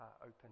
open